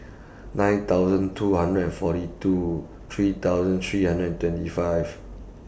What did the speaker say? nine thousand two hundred and forty two three thousand three hundred and twenty five